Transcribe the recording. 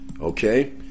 okay